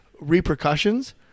repercussions